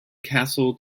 castle